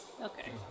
okay